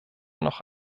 noch